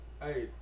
Hey